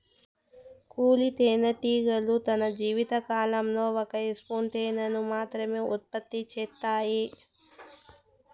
కూలీ తేనెటీగలు తన జీవిత కాలంలో ఒక స్పూను తేనెను మాత్రమె ఉత్పత్తి చేత్తాయి